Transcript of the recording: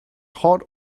hot